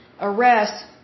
arrest